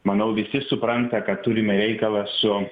manau visi supranta kad turime reikalą su